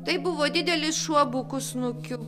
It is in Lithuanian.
tai buvo didelis šuo buku snukiu